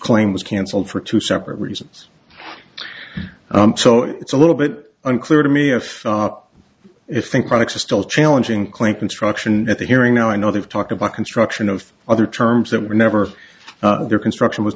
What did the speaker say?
claim was cancelled for two separate reasons so it's a little bit unclear to me if if think products are still challenging claim construction at the hearing i know they've talked about construction of other terms that were never their construction was